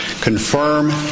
confirm